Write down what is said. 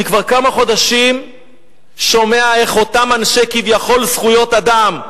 אני כבר כמה חודשים שומע איך אותם אנשי כביכול "זכויות אדם"